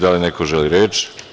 Da li neko želi reč?